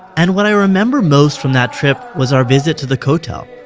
and what i remember most from that trip was our visit to the kotel.